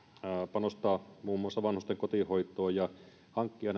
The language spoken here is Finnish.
panostaa muun muassa vanhusten kotihoitoon ja hankkia